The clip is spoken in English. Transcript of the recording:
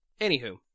anywho